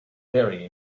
very